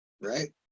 right